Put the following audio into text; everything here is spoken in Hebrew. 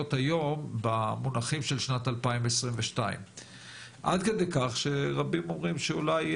היום במונחים של שנת 2022. עד כדי כך שרבים אומרים שאולי,